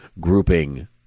grouping